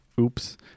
Oops